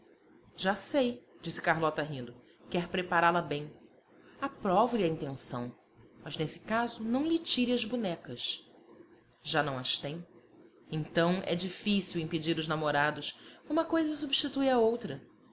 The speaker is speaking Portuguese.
já sei disse carlota rindo quer prepará la bem aprovo lhe a intenção mas nesse caso não lhe tire as bonecas já não as tem então é difícil impedir os namorados uma coisa substitui a